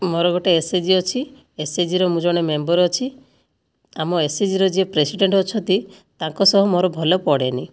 ମୋର ଗୋଟିଏ ଏସ୍ଏଚ୍ଜି ଅଛି ଏସ୍ଏଚ୍ଜିର ମୁଁ ଜଣେ ମେମ୍ବର ଅଛି ଆମ ଏସ୍ଏଚ୍ଜିର ଯିଏ ପ୍ରେସିଡେଣ୍ଟ ଅଛନ୍ତି ତାଙ୍କ ସହ ମୋର ଭଲ ପଡ଼େନାହିଁ